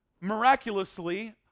miraculously